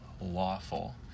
lawful